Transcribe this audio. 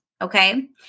Okay